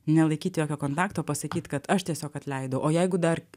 nelaikyti jokio kontakto pasakyt kad aš tiesiog atleidau o jeigu dar